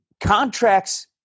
contracts